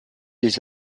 les